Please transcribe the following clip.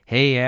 Hey